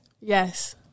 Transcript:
Yes